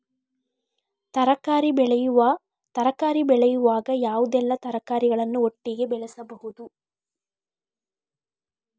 ತರಕಾರಿ ಬೆಳೆಯುವಾಗ ಯಾವುದೆಲ್ಲ ತರಕಾರಿಗಳನ್ನು ಒಟ್ಟಿಗೆ ಬೆಳೆಸಬಹುದು?